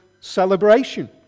celebration